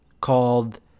called